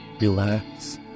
relax